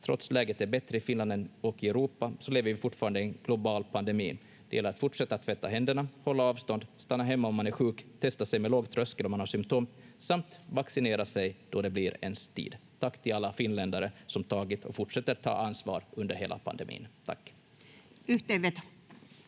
Trots att läget är bättre i Finland och i Europa så lever vi fortfarande i en global pandemi. Det gäller att fortsätta tvätta händerna, hålla avstånd, stanna hemma om man är sjuk, testa sig med låg tröskel om man har symptom samt vaccinera sig då det blir ens tid. Tack till alla finländare som tagit och fortsätter att ta ansvar under hela pandemin. — Tack. [Tulkki